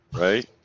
right